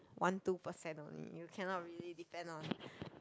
one two percent only you cannot really depend on